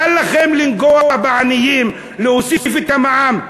קל לכם לנגוע בעניים, להוסיף את המע"מ.